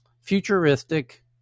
futuristic